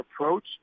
approach